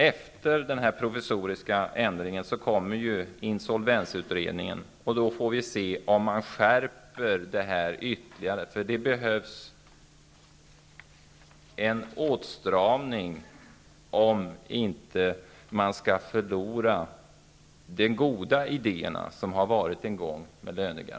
Efter den provisoriska ändringen kommer insolvensutredningen, och då får vi se om man skärper reglerna ytterligare. Det behövs en åtstramning om man inte skall förlora den goda idé som lönegarantin en gång var.